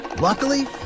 Luckily